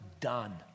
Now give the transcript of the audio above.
done